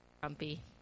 grumpy